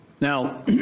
Now